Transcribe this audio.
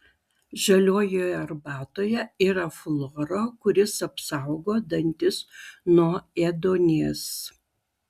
žalioje arbatoje yra fluoro kuris apsaugo dantis nuo ėduonies